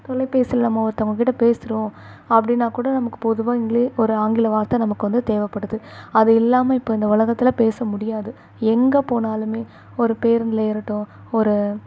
தொலைபேசியில நம்ம ஒருத்தவங்கக்கிட்ட பேசுகிறோம் அப்படின்னா கூட நமக்கு பொதுவாக இங்கிலீஸ் ஒரு ஆங்கில வார்த்தை நமக்கு வந்து தேவைப்படுது அது இல்லாமல் இப்போ இந்த உலகத்துல பேச முடியாது எங்கே போனாலுமே ஒரு பேருந்தில் ஏறட்டும் ஒரு